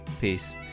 peace